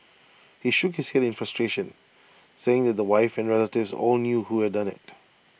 he shook his Head in frustration saying that the wife and relatives all knew who had done IT